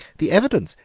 the evidence,